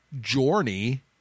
journey